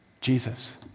Jesus